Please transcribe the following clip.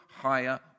higher